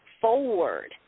forward